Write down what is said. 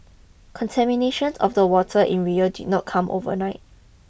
contamination of the water in Rio did not come overnight